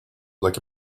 like